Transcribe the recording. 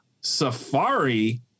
Safari